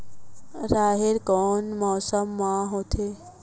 राहेर कोन मौसम मा होथे?